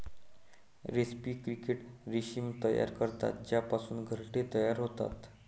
रेस्पी क्रिकेट रेशीम तयार करतात ज्यापासून घरटे तयार होतात